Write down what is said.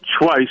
twice